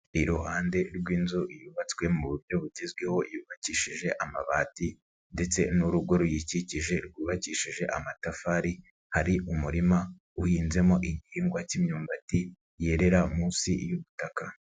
Iruhande rw'inzu yubatswe mu buryo bugezweho yubakishije amabati ndetse n'urugo ruyikikije rwubakishije amatafari, hari umurima uhinzemo igihingwa cy'imyumbati yerera munsi y'ubutaka.